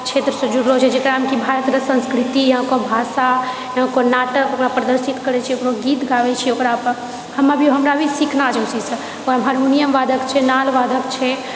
क्षेत्रसँ जुड़लो छिऐ जेकरामे कि भारतके संस्कृति या ओकर भाषा या ओकर नाटक ओकरा प्रदर्शित करैत छिऐ ओकरो गीत गाबै छिऐ ओकरा पर हमरा भी हमरा भी सीखना छै ओ चीज सब हारमोनियम वादक छै नालवादक छै